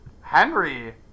Henry